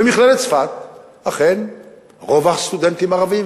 במכללת צפת אכן רוב הסטודנטים ערבים,